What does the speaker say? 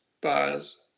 bars